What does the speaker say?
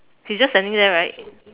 he's just standing there right